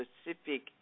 specific